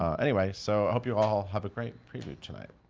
anyway, so, i hope you all have a great preview tonight.